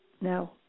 No